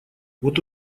вот